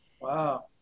Wow